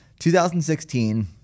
2016